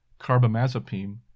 carbamazepine